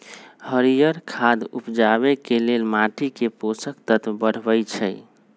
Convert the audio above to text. हरियर खाद उपजाके लेल माटीके पोषक तत्व बढ़बइ छइ